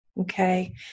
Okay